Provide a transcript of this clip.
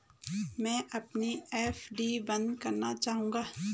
मैं अपनी एफ.डी बंद करना चाहूंगा